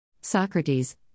Socrates